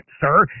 sir